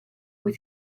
cui